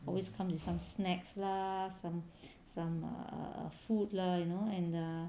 always come with some snacks lah some some err food lah you know and err